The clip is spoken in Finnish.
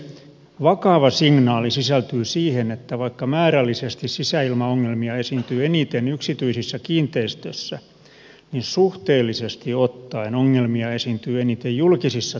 vakava signaali sisältyy siihen että vaikka määrällisesti sisäilmaongelmia esiintyy eniten yksityisissä kiinteistöissä niin suhteellisesti ottaen ongelmia esiintyy eniten julkisissa tiloissa